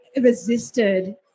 resisted